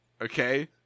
okay